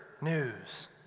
news